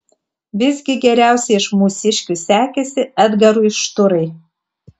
visgi geriausiai iš mūsiškių sekėsi edgarui šturai